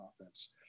offense